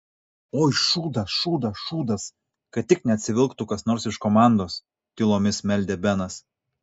oi šūdas šūdas šūdas kad tik neatsivilktų kas nors iš komandos tylomis meldė benas